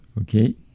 Okay